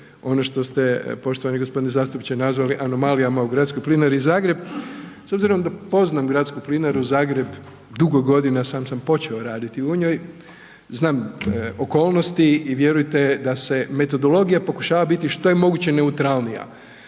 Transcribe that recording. ono što ste poštovani gospodine zastupniče nazvali anomalijama u Gradskoj plinari Zagreb. S obzirom da poznam Gradsku plinaru Zagreb, dugo godina sam, sam počeo raditi u njoj, znam okolnosti i vjerujte da se metodologija pokušava biti što je moguće neutralnija,